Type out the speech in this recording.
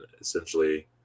essentially